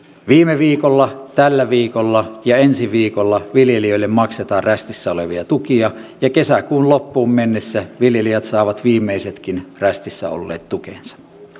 viime viikolla tällä viikolla ja ensi viikolla viljelijöille maksetaan rästissä olevia tukia ja kesäkuun loppuun mennessä viljelijät saavat viimeisetkin rästissä olleet tukensa